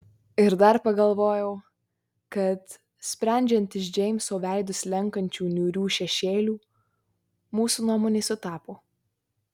ir dar pagalvojau kad sprendžiant iš džeimso veidu slenkančių niūrių šešėlių mūsų nuomonė sutapo